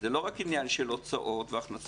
זה לא רק עניין של הוצאות והכנסות,